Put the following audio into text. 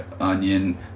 onion